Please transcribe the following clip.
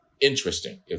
interesting